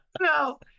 No